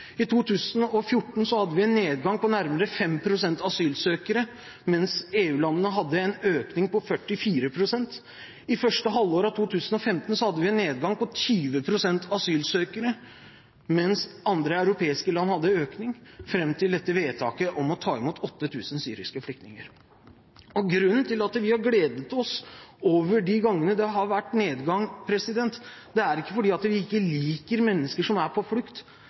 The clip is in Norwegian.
I 2014 hadde vi en nedgang på nærmere 5 pst. i antall asylsøkere mens EU-landene hadde en økning på 44 pst. I første halvår av 2015 hadde vi en nedgang på 20 pst. i antall asylsøkere mens andre europeiske land hadde økning, fram til dette vedtaket om å ta imot 8 000 syriske flyktninger. Grunnen til at vi har gledet oss over de gangene det har vært nedgang, er ikke at vi ikke liker mennesker som er på flukt.